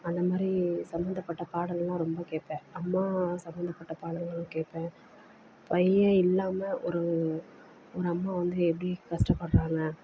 அந்த மாதிரி சம்பந்தப்பட்ட பாடல்லாம் ரொம்ப கேட்பேன் அம்மா சம்பந்தப்பட்ட பாடல்களும் கேட்பேன் பையன் இல்லாமல் ஒரு ஒரு அம்மா வந்து எப்படி கஷ்டப்பட்றாங்க